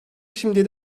şimdiye